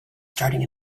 starting